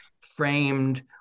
framed